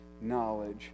knowledge